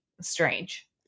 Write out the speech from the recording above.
strange